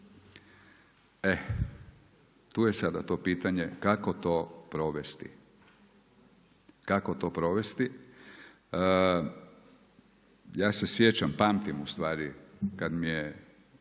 E tu je sada to pitanje, kako to provesti? Kako to provesti? Ja se sjećam, pamtim ustvari kada mi je